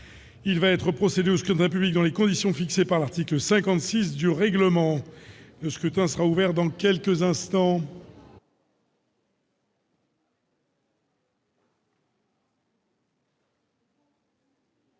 Il va être procédé au scrutin dans les conditions fixées par l'article 56 du règlement. Le scrutin est ouvert. Personne ne demande